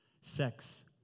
Sex